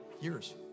Years